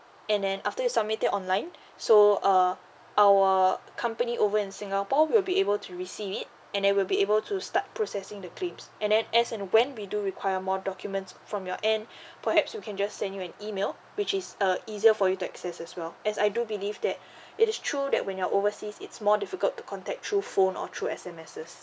and then after you submit it online so err our company over in singapore will be able to receive it and then will be able to start processing the claims and then as and when we do require more documents from your end perhaps we can just send you an email which is uh easier for you to access as well as I do believe that it is true that when you're overseas it's more difficult to contact through phone or through S_M_Ses